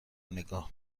نگاه